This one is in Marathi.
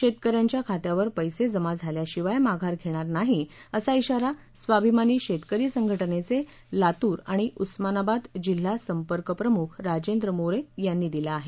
शेतकऱ्यांच्या खात्यावर पैसे जमा झाल्याशिवाय माघार घेणार नाही असा इशारा स्वाभिमानी शेतकरी संघटनेचे लातूर आणि उस्मानाबाद जिल्हा संपर्कप्रमुख राजेंद्र मोरे यांनी दिला आहे